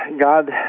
God